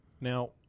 Now